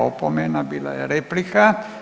Opomena, bila je replika.